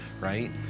right